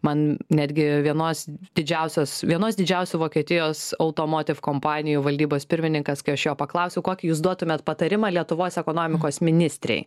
man netgi vienos didžiausios vienos didžiausių vokietijos automotiv kompanijų valdybos pirmininkas kai aš jo paklausiau kokį jūs duotumėt patarimą lietuvos ekonomikos ministrei